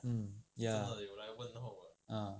mm ya ah